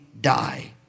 die